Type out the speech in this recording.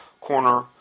corner